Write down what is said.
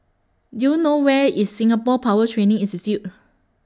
Do YOU know Where IS Singapore Power Training Institute